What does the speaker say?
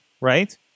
right